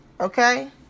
Okay